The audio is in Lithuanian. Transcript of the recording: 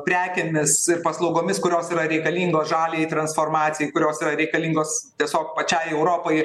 prekėmis ir paslaugomis kurios reikalingos žaliai transformacijai kurios yra reikalingos tiesiog pačiai europai ir